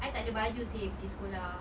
I tak ada baju seh pergi sekolah